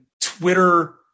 Twitter